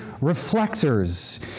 reflectors